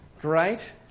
Great